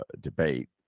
debate